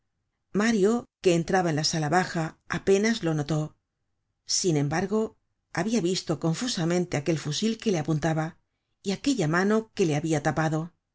mario que entraba en la sala baja apenas lo notó sin embargo habia visto confusamente aquel fusil que le apuntaba y aquella mano que le habia tapado